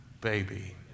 baby